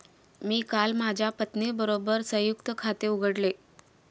मी काल माझ्या पत्नीबरोबर संयुक्त खाते उघडले